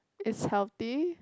is healthy